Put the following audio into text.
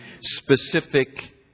specific